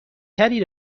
تری